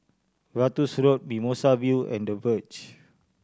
Ratus Road Mimosa View and The Verge